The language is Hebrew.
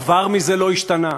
דבר מזה לא השתנה.